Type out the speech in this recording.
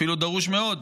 אפילו דרוש מאוד,